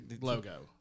logo